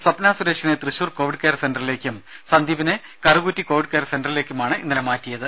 സ്വപ്ന സുരേഷിനെ Thrissur covid care സെന്ററിലേക്കും സന്ദീപിനെ കറുകുറ്റി കോവിഡ് കെയർ സെന്ററിലേക്കുമാണ് ഇന്നലെ മാറ്റിയത്